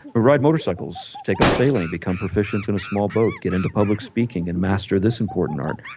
ride motorcycles, take up sailing, become proficient in a small boat, get into public speaking and master this important art,